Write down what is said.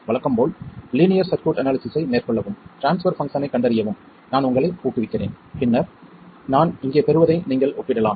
வழக்கம் போல் linear circuit அனாலிசிஸ்ஸை மேற்கொள்ளவும் ட்ரான்ஸ்பர் பங்சனைக் கண்டறியவும் நான் உங்களை ஊக்குவிக்கிறேன் பின்னர் நான் இங்கே பெறுவதை நீங்கள் ஒப்பிடலாம்